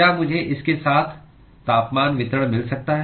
क्या मुझे इसके साथ तापमान वितरण मिल सकता है